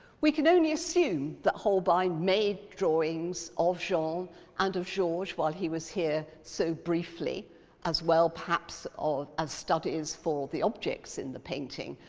we can only assume that holbein made drawings of jean and of georges while he was here so briefly as well, perhaps as studies for the objects in the painting.